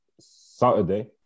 Saturday